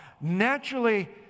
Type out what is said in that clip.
naturally